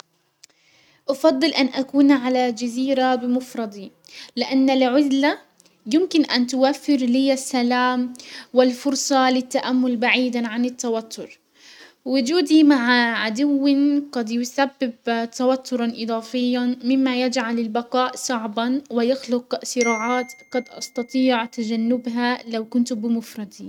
افضل ان اكون على جزيرة بمفردي، لان العزلة يمكن ان توفر لي السلام والفرصة للتأمل بعيدا عن التوتر. وجودي مع عدو قد يسبب توترا اضافيا مما يجعل للبقاء صعبا ويخلق صراعات قد استطيع تجنبها لو كنت بمفردي.